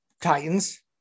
Titans